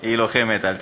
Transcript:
היא לוחמת, אל תדאג.